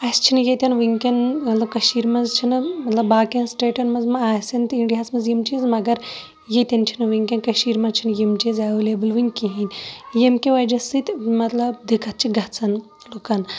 اَسہِ چھِنہِ ییٚتٮ۪ن وٕنکٮ۪ن مَطلَب کٔشیٖر مَنٛز مَطلَب باقیَن سٹیٹَن مَنٛز آسان تہٕ اِنڈیاہَس مَنٛز یِم چیٖز مَگَر ییٚتٮ۪ن چھِنہٕ وٕنکٮ۪ن کٔشیٖر مَنٛز یِم چیٖز اٮ۪ویلیبٕل وٕنہِ کِہیٖنۍ ییٚمہِ کہِ وَجہ سۭتۍ مَطلَب دِکَت چھِ گَژھان لُکَن